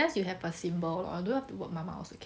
unless you have have a symbol or don't have the word mama also can